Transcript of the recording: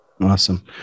awesome